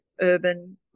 urban